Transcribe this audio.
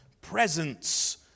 presence